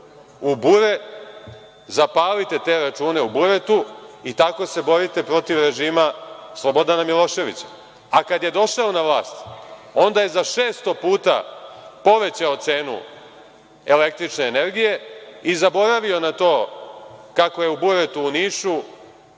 u bure, zapalite te račune u buretu i tako se borite protiv režima Slobodana Miloševića, a kad je došao na vlast, onda je za 600 puta povećao cenu električne energije i zaboravio na to kako je u buretu u Nišu